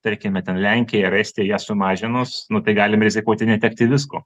tarkime ten lenkijoj ar estija ją sumažinus nu tai galim rizikuoti netekti visko